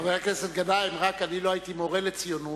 חבר הכנסת גנאים, לא הייתי מורה לציונות,